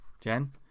Jen